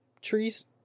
trees